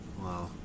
Wow